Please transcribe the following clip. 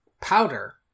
powder